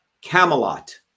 Camelot